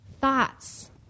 thoughts